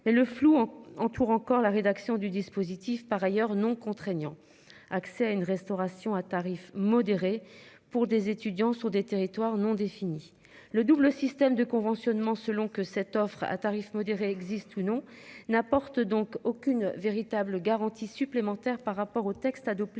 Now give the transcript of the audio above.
mais le flou entoure encore la rédaction du dispositif par ailleurs non contraignant accès à une restauration à tarif modéré pour des étudiants sur des territoires non défini le double système de conventionnement, selon que cette offre à tarif modéré existe ou non n'apporte donc aucune véritable garantie supplémentaire par rapport au texte adopté